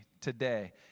today